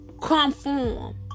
Conform